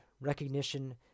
recognition